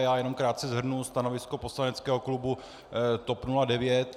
Já jenom krátce shrnu stanovisko poslaneckého klubu TOP 09.